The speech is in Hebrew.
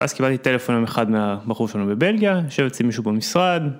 אז קיבלתי טלפון אחד מהבחור שלנו בבלגיה, יושב אצלי מישהו במשרד.